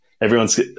everyone's